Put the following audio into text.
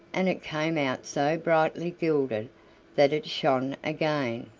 and it came out so brightly gilded that it shone again.